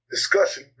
Discussion